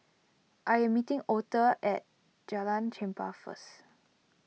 I am meeting Auther at Jalan Chempah first